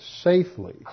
safely